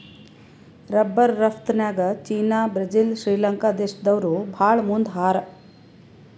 rubber ರಫ್ತುನ್ಯಾಗ್ China Brazil Sri Lanka ದೇಶ್ದವ್ರು ಭಾಳ್ ಮುಂದ್ ಹಾರ